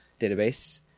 database